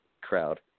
crowd